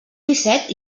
disset